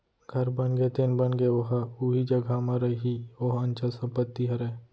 घर बनगे तेन बनगे ओहा उही जघा म रइही ओहा अंचल संपत्ति हरय